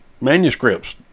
manuscripts